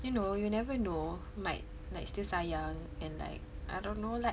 you know you'll never know might like still sayang and like I don't know like